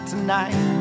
Tonight